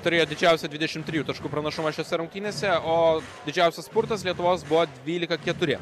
turėjo didžiausią dvidešimt trijų taškų pranašumą šiose rungtynėse o didžiausias spurtas lietuvos buvo dvylika keturi